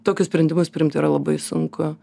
tokius sprendimus priimt yra labai sunku